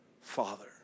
father